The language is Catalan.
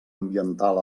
ambiental